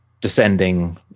descending